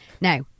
now